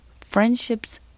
Friendships